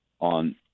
on